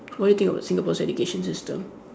what do you think about Singapore's education system